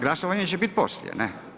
Glasovanje će biti poslije, ne.